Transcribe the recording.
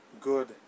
good